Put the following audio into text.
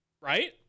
Right